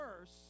worse